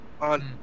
On